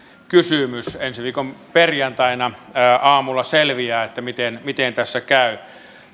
kysymys ensi viikon perjantaina aamulla selviää miten miten tässä käy